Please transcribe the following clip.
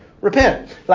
repent